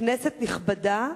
כנסת נכבדה,